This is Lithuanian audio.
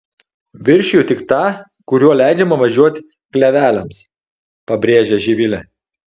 viršiju tik tą kuriuo leidžiama važiuoti kleveliams pabrėžė živilė